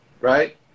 Right